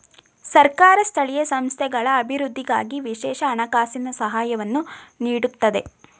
ಸರ್ಕಾರ ಸ್ಥಳೀಯ ಸಂಸ್ಥೆಗಳ ಅಭಿವೃದ್ಧಿಗಾಗಿ ವಿಶೇಷ ಹಣಕಾಸಿನ ಸಹಾಯವನ್ನು ನೀಡುತ್ತದೆ